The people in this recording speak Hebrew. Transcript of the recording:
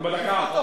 הוא בדקה האחרונה.